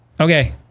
Okay